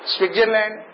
Switzerland